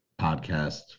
podcast